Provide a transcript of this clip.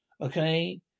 Okay